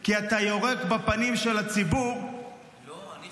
כי אתה יורק בפנים של הציבור בזמן